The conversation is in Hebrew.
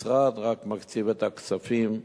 המשרד רק מקציב את הכספים האלה,